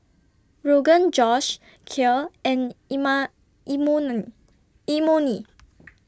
Rogan Josh Kheer and Imoni